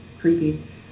creepy